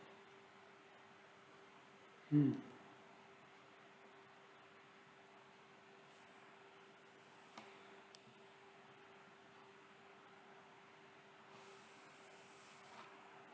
mm